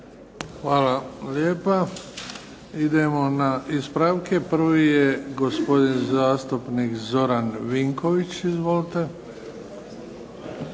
Hvala lijepa. Imamo dva ispravka, prvi je gospodina zastupnika Zorana Vinkovića.